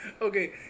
Okay